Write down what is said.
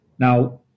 Now